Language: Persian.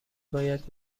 باید